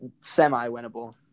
Semi-winnable